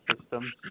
systems